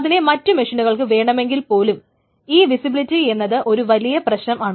അതിനെ മറ്റ് മെഷീനുകൾക്ക് വേണമെങ്കിൽ പോലും ഈ വിസിബിലിറ്റി എന്നത് ഒരു വലിയ പ്രശ്നമാണ്